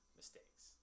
mistakes